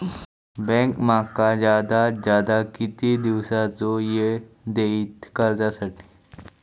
Bank माका जादात जादा किती दिवसाचो येळ देयीत कर्जासाठी?